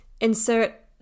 insert